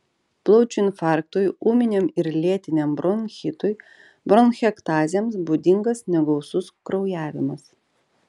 plaučių infarktui ūminiam ir lėtiniam bronchitui bronchektazėms būdingas negausus kraujavimas